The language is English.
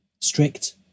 strict